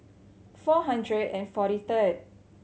four hundred and forty third